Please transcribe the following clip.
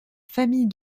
famille